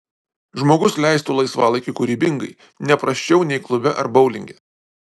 žmogus leistų laisvalaikį kūrybingai ne prasčiau nei klube ar boulinge